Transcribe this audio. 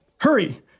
Hurry